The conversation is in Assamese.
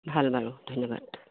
ভাল বাৰু ধন্যবাদ